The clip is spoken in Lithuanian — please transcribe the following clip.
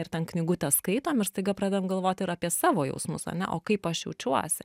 ir ten knygutę skaitom ir staiga pradedam galvoti ir apie savo jausmus ane o kaip aš jaučiuosi